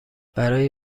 برای